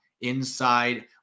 inside